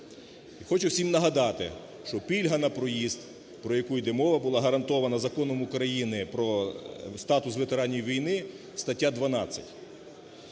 Хочу всім нагадати, що пільга на проїзд, про яку йде мова, була гарантована Законом України про статус ветеранів війни, стаття 12.